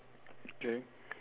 okay